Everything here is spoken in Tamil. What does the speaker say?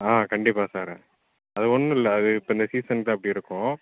ஆ கண்டிப்பாக சார் அது ஒன்றும் இல்லை அது இப்போ இந்த சீசன்ஸ்க்கு தான் அப்படி இருக்கும்